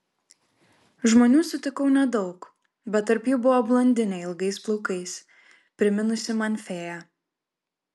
žmonių sutikau nedaug bet tarp jų buvo blondinė ilgais plaukais priminusi man fėją